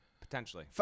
Potentially